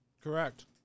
Correct